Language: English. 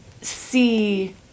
see